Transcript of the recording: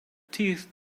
teeth